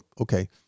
okay